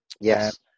Yes